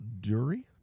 Dury